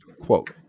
quote